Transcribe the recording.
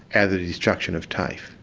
and the destruction of tafe,